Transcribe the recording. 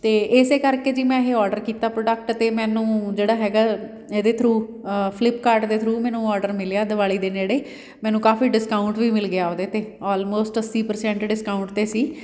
ਅਤੇ ਇਸ ਕਰਕੇ ਜੀ ਮੈਂ ਇਹ ਔਡਰ ਕੀਤਾ ਪ੍ਰੋਡਕਟ ਅਤੇ ਮੈਨੂੰ ਜਿਹੜਾ ਹੈਗਾ ਇਹਦੇ ਥਰੂ ਫਲਿੱਪਕਾਰਟ ਦੇ ਥਰੂ ਮੈਨੂੰ ਉਹ ਔਡਰ ਮਿਲਿਆ ਦੀਵਾਲੀ ਦੇ ਨੇੜੇ ਮੈਨੂੰ ਕਾਫ਼ੀ ਡਿਸਕਾਊਂਟ ਵੀ ਮਿਲ ਗਿਆ ਉਹਦੇ 'ਤੇ ਆਲਮੋਸਟ ਅੱਸੀ ਪਰਸੈਂਟ ਡਿਸਕਾਊਂਟ 'ਤੇ ਸੀ